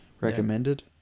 Recommended